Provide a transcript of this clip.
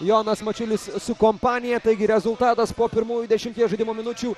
jonas mačiulis su kompanija taigi rezultatas po pirmųjų dešimties žaidimo minučių